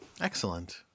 Excellent